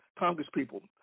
congresspeople